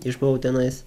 išbuvau tenais